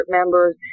members